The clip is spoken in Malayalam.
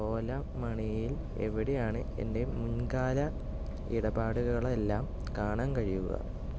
ഓല മണിയിൽ എവിടെയാണ് എൻ്റെ മുൻകാല ഇടപാടുകളെല്ലാം കാണാൻ കഴിയുക